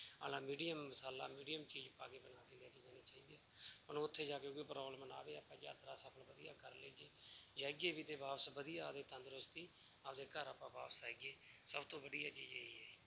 ਆਲਾ ਮੀਡੀਅਮ ਮਸਾਲਾ ਮੀਡੀਅਮ ਚੀਜ਼ ਪਾ ਬਣਾ ਕੇ ਲੈ ਕੇ ਜਾਣੀ ਚਾਹੀਦੀ ਹੈ ਉੱਥੇ ਜਾ ਕੇ ਕੋਈ ਪ੍ਰੋਬਲਮ ਨਾ ਆਵੇ ਆਪਾਂ ਯਾਤਰਾ ਸਫਲ ਵਧੀਆ ਕਰ ਲਈਏ ਜਾਈਏ ਵੀ ਅਤੇ ਵਾਪਸ ਵਧੀਆ ਆਪਦੀ ਤੰਦਰੁਸਤੀ ਆਪਦੇ ਘਰ ਆਪਾਂ ਵਾਪਸ ਆਈਏ ਸਭ ਤੋਂ ਵਧੀਆ ਚੀਜ਼ ਇਹੀ ਹੈ ਜੀ